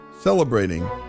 celebrating